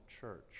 church